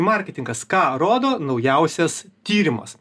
marketingas ką rodo naujausias tyrimas